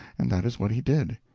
and that is what he did.